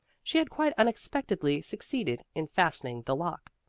she had quite unexpectedly succeeded in fastening the lock.